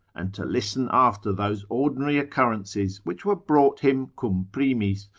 and to listen after those ordinary occurrences which were brought him cum primis,